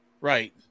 Right